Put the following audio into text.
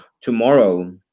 tomorrow